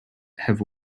have